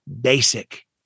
basic